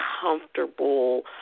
comfortable